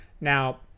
Now